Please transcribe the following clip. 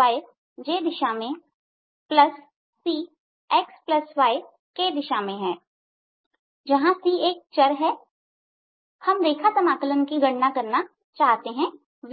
yj दिशा मेंcxy k दिशा में है जहां c एक चर है हम रेखा समाकलन की गणना करना चाहते हैं Vdl